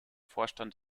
vorstand